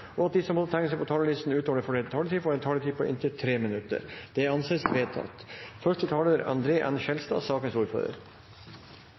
og at de som måtte tegne seg på talerlisten utover den fordelte taletid, får en taletid på inntil 3 minutter. – Det anses vedtatt.